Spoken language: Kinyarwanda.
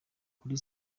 kuri